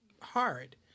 hard